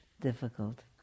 difficult